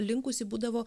linkusi būdavo